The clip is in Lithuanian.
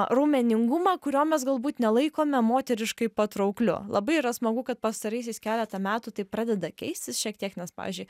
raumeningumą kurio mes galbūt nelaikome moteriškai patraukliu labai yra smagu kad pastaraisiais keletą metų tai pradeda keistis šiek tiek nes pavyzdžiui